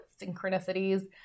synchronicities